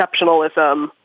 exceptionalism